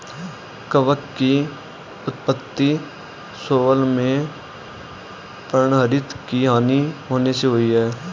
कवक की उत्पत्ति शैवाल में पर्णहरित की हानि होने से हुई है